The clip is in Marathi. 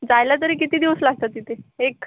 जायला तरी किती दिवस लागतात तिथे एक